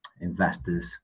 investors